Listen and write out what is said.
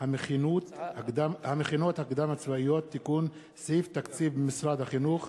המכינות הקדם-צבאיות (תיקון) (סעיף תקציב משרד החינוך),